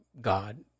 God